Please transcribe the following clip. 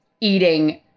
eating